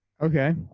Okay